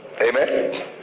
Amen